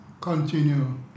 continue